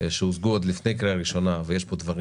שהושגו עוד לפני קריאה ראשונה ויש כאן דברים